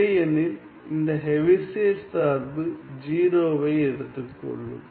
இல்லையெனில் இந்த ஹெவிசைட் சார்பு 0 வை எடுத்துக்கொள்ளும்